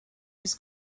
his